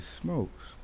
smokes